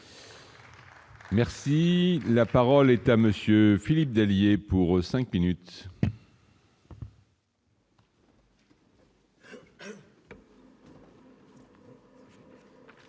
Merci, la parole est à monsieur Philippe Dallier pour 5 minutes.